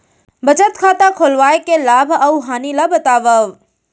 बचत खाता खोलवाय के लाभ अऊ हानि ला बतावव?